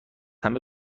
همه